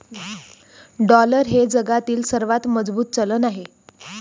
dollar हे जगातील सर्वात मजबूत चलन आहे